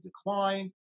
decline